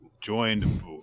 joined